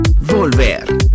volver